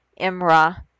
Imra